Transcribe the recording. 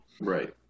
Right